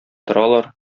торалар